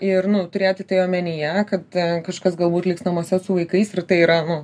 ir nu turėti tai omenyje kad ten kažkas galbūt liks namuose su vaikais ir tai yra nu